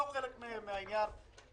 באמת, אני מרגיש לא נוח עם העניין.